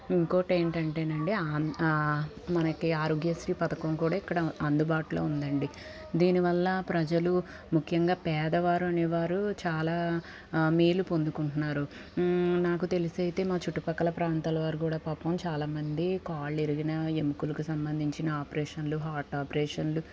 ఇంకోటి ఏంటంటేనండి మనకి ఆరోగ్యశ్రీ పథకం కూడా ఇక్కడ అందుబాటులో ఉందండి దీనివల్ల ప్రజలు ముఖ్యంగా పేదవారు అనేవారు చాలా మేలు పొందుకుంటున్నారు నాకు తెలిసి అయితే మా చుట్టుపక్కల ప్రాంతాల వారు కూడా పాపం చాలా మంది కాళ్ళు ఇరిగిన ఎముకలకు సంబంధించిన ఆపరేషన్లు హాట్ ఆపరేషన్లు